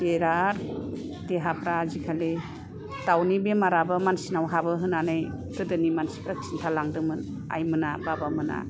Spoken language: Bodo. बिराथ देहाफ्रा आजि कालि दावनि बेमाराबो मानसिनाव हाबो होननानै गोदोनि मानसिफ्रा खिनथालांदोंमोन आइमोना बाबामोना